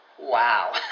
wow